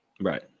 Right